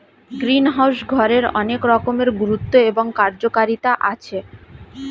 greenhouse ঘরের অনেক রকমের গুরুত্ব এবং কার্যকারিতা আছে